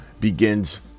begins